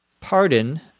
Pardon